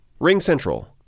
RingCentral